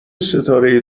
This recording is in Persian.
ستاره